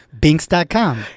binks.com